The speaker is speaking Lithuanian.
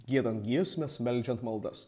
giedant giesmes meldžiant maldas